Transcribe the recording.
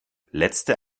letzte